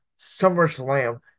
SummerSlam